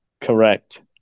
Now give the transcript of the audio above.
Correct